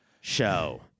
show